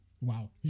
Wow